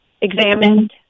examined